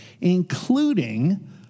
including